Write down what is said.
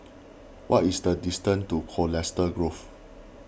what is the distance to Colchester Grove